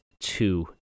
two